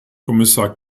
kommissar